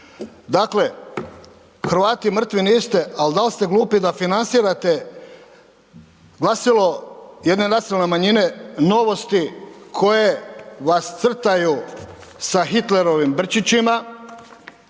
Dakle, Hrvati, mrtvi niste, ali da li ste glupi da financirate glasilo jedne nacionalne manjine Novosti koje vas crtaju sa Hitlerovima brčićima,